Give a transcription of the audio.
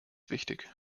wichtig